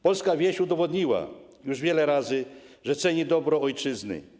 Polska wieś udowodniła już wiele razy, że ceni dobro ojczyzny.